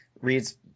reads